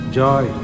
joy